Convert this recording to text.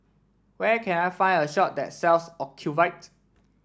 where can I find a shop that sells Ocuvite